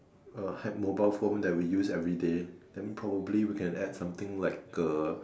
uh had mobile phone that we use everyday then probably we can add something like the